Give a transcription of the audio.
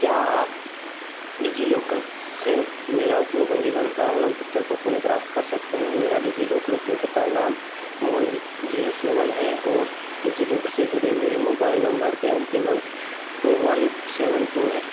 क्या आप डिज़िलॉकर से मेरा उपयोग पंजीकरण प्रमाणपत्र को पुनः प्राप्त कर सकते हैं मेरा डिज़िलॉकर उपयोगकर्ता नाम मोहन जी ज़ीरो सेवन है और डिज़िलॉकर से जुड़े मेरे मोबाइल नम्बर के अन्तिम अंक टू वन सेवन टू हैं